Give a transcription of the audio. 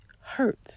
hurt